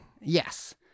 Yes